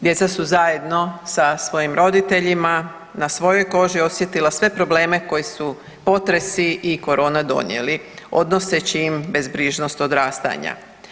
Djeca su zajedno sa svojim roditeljima na svojoj koži osjetila sve probleme koji su potresi i korona donijeli odnoseći im bezbrižnost odrastanja.